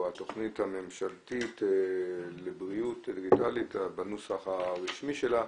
או התוכנית הממשלתית לבריאות דיגיטלית בנוסח הרשמי שלה,